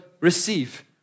Receive